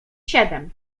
siedem